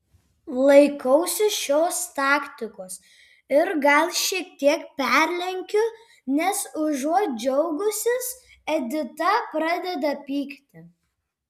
laikausi šios taktikos ir gal šiek tiek perlenkiu nes užuot džiaugusis edita pradeda pykti